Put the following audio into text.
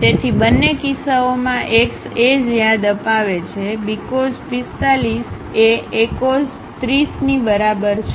તેથી બંને કિસ્સાઓમાં x એ જ યાદ અપાવે છે Bcos45 એ Acos30 ની બરાબર છે